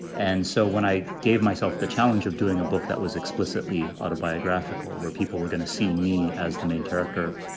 and so when i gave myself the challenge of doing a book that was explicitly autobiographical, where people were going to see me as the main character,